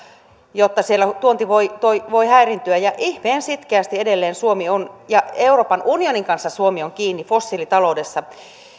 jotta siellä tuonti voi häiriintyä ja ihmeen sitkeästi edelleen suomi on euroopan unionin kanssa kiinni fossiilitaloudessa